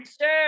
Sure